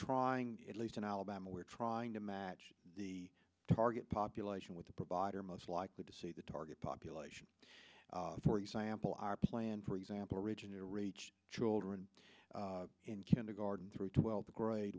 trying at least in alabama we're trying to match the target population with the provider most likely to see the target population for example our plan for example originator reach children in kindergarten through twelfth grade